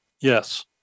Yes